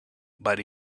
but